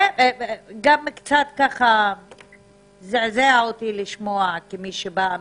וגם קצת זעזע אותי לשמוע, כמי שבאה